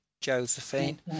Josephine